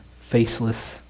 faceless